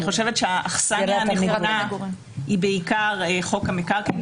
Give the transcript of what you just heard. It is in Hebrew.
אני חושבת שהאכסניה הנכונה היא בעיקר חוק המקרקעין.